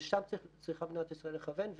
ולשם צריכה מדינת ישראל לכוון.